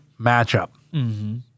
matchup